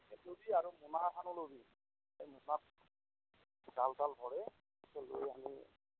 সেইটো ল'বি আৰু মোনা এখনো ল'বি এই মোনাত জাল চাল ভৰাই তই লৈ আনি